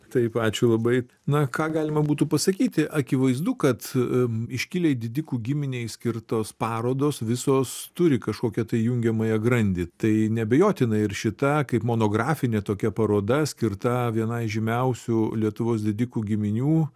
taip ačiū labai na ką galima būtų pasakyti akivaizdu kad iškiliai didikų giminei skirtos parodos visos turi kažkokią tai jungiamąją grandį tai neabejotinai ir šita kaip monografinė tokia paroda skirta vienai žymiausių lietuvos didikų giminių